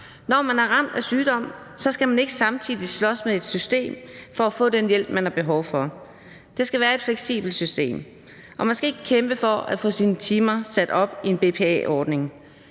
Når man er ramt af sygdom, skal man ikke samtidig slås med et system for at få den hjælp, man har behov for. Der skal være et fleksibelt system, og man skal ikke kæmpe for at få sat sine timer sat op i en BPA-ordning.